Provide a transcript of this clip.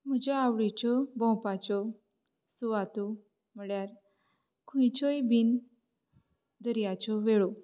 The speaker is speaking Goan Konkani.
म्हज्यो आवडीच्यो भोंवपाच्यो सुवातो म्हुळ्यार खुंयच्योय बीन दर्याच्यो वेळो